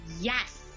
Yes